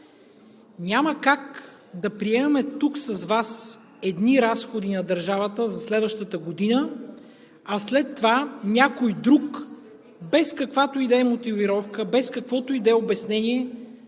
Няма как да приемаме тук с Вас едни разходи на държавата за следващата година, а след това някой друг без каквато и да е мотивировка, без каквото и да е обяснение